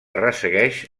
ressegueix